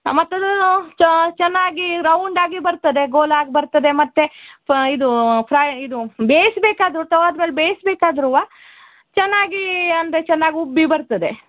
ಮತ್ತೊಂದು ಚೆನ್ನಾಗಿ ರೌಂಡಾಗಿ ಬರ್ತದೆ ಗೋಲಾಗಿ ಬರ್ತದೆ ಮತ್ತು ಇದು ಫ್ರ ಇದು ಪ್ರೈ ಇದು ಬೇಯ್ಸ್ಬೇಕಾದರುವ ತವದಲ್ಲಿ ಮೇಲೆ ಬೇಯ್ಸ್ಬೇಕಾದರುವ ಚೆನ್ನಾಗಿ ಅಂದರೆ ಚನ್ನಾಗಿ ಉಬ್ಬಿ ಬರ್ತದೆ